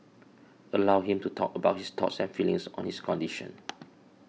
allow him to talk about his thoughts and feelings on his condition